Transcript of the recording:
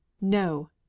no